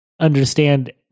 understand